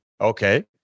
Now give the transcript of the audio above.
Okay